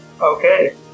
Okay